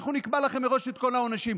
אנחנו נקבע לכם מראש את כל העונשים.